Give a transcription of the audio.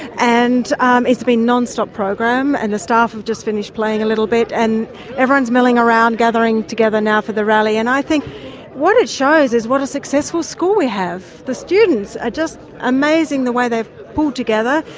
and um it's been non-stop program and the staff have just finished playing a little bit and everyone's milling around, gathering together now for the rally. and i think what it shows is what a successful school we have. the students are just amazing the way they've pulled together.